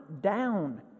down